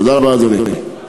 תודה רבה, אדוני.